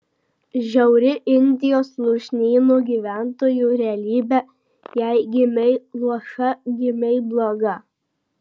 žiauri indijos lūšnynų gyventojų realybė jei gimei luoša gimei bloga